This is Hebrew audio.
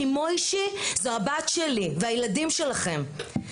כי מויישי הוא הבת שלי והילדים שלכם.